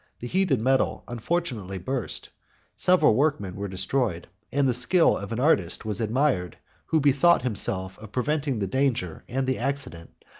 the heated metal unfortunately burst several workmen were destroyed and the skill of an artist was admired who bethought himself of preventing the danger and the accident,